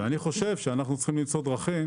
אני חושב שאנחנו צריכים למצוא דרכים